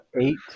eight